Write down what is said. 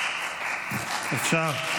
אפשר.